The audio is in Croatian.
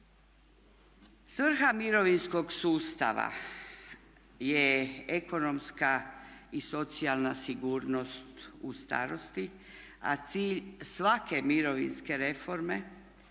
Svrha mirovinskog sustava je ekonomska i socijalna sigurnost u starosti, a cilj svake mirovinske reforme